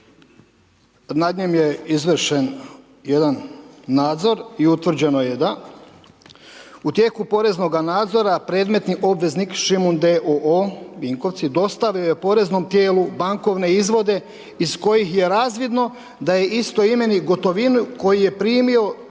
nad njim je izvršen jedan nadzor i utvrđeno je da u tijeku poreznoga nadzora predmetni obveznik Šimun d.o.o. Vinkovci dostavio je poreznom tijelu bankovne izvode iz kojih je razvidno da je istoimeni gotovinu koju je primio